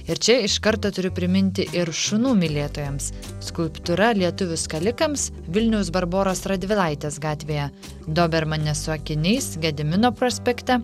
ir čia iš karto turiu priminti ir šunų mylėtojams skulptūra lietuvių skalikams vilniaus barboros radvilaitės gatvėje dobermanę su akiniais gedimino prospekte